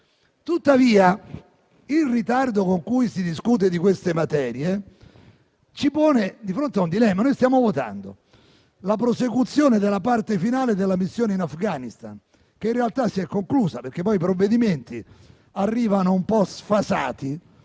Tuttavia, il ritardo con cui si discute di queste materie ci pone di fronte a un dilemma. Stiamo per votare la prosecuzione della parte finale della missione in Afghanistan, che in realtà si è conclusa, perché poi i provvedimenti arrivano un po' sfasati;